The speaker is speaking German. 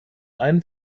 einen